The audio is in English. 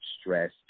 stress